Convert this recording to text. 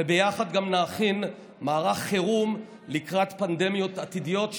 וביחד גם נכין מערך חירום לקראת פנדמיות עתידיות,